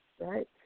right